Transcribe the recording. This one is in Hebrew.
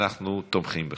אנחנו תומכים בך.